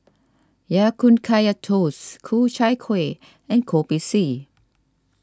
Ya Kun Kaya Toast Ku Chai Kuih and Kopi C